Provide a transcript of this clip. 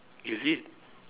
is it